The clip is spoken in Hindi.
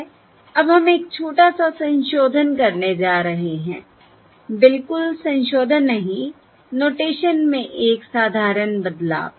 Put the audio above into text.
अब हम एक छोटा सा संशोधन करने जा रहे हैं बिल्कुल संशोधन नहीं नोटेशन में एक साधारण बदलाव